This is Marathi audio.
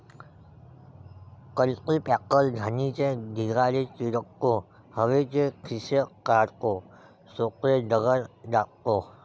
कल्टीपॅकर घाणीचे ढिगारे चिरडतो, हवेचे खिसे काढतो, छोटे दगड दाबतो